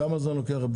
כמה זמן זה לוקח?